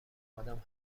آدم